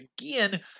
again